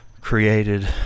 created